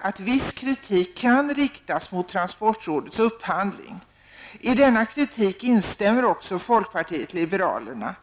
att viss kritik kan riktas mot transportrådets upphandling. I denna kritik instämmer också folkpartiet liberalerna.